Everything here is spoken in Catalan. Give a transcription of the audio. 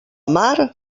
mar